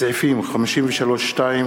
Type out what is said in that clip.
סעיפים 53(2),